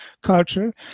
culture